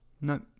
No